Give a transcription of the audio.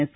S